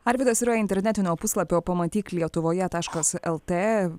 arvydas yra internetinio puslapio pamatyk lietuvoje taškas lt